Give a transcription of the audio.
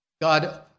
God